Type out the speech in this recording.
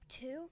two